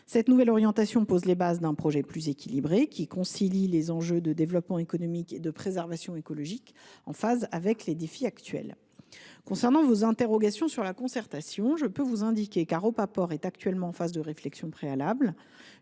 Cette nouvelle orientation pose les bases d’un projet plus équilibré, qui concilie les enjeux de développement économique et de préservation écologique, en phase avec les défis actuels. En ce qui concerne vos interrogations sur la concertation, je peux vous indiquer qu’Haropa Port est actuellement en phase de réflexion préalable.